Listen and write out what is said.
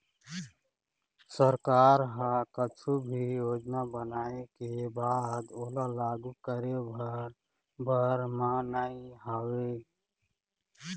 सरकार ह कुछु भी योजना बनाय के बाद ओला लागू करे भर बर म नइ होवय